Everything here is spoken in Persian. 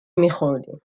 میخوردیم